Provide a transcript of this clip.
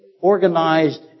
organized